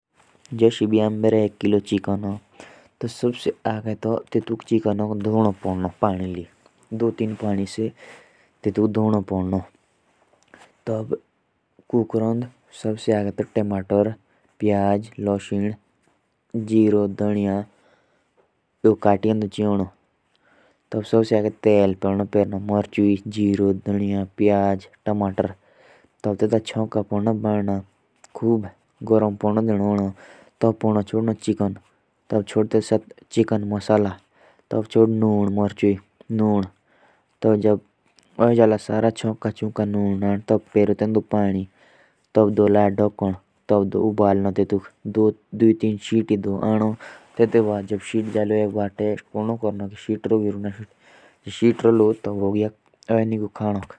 जैसे चिकन होता ह। तो उसे बनाना में दस मिनट का वक़्त लगता ह। और दस मिनट में वो तैयार हो जाता ह बस।